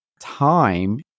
time